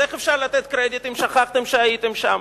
אז איך אפשר לתת קרדיט אם שכחתם שהייתם שם?